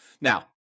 Now